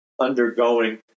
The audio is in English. undergoing